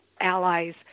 allies